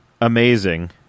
amazing